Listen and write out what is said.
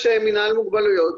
מינהל מוגבלויות.